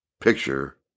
picture